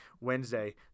Wednesday